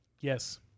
Yes